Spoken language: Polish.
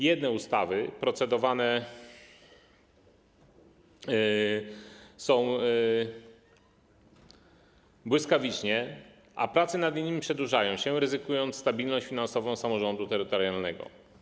Jedne ustawy procedowane są błyskawicznie, a prace nad innymi przedłużają się, co oznacza ryzyko dla stabilności finansowej samorządu terytorialnego.